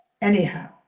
Anyhow